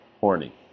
horny